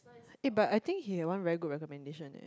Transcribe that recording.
eh but I think he had one very good recommendation eh